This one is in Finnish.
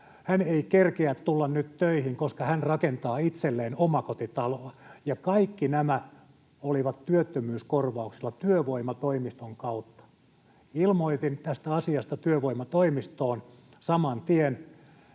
hän ei kerkeä tulla nyt töihin, koska hän rakentaa itselleen omakotitaloa. Kaikki nämä olivat työttömyyskorvauksella työvoimatoimiston kautta. Ilmoitin tästä asiasta työvoimatoimistoon saman tien.